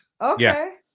Okay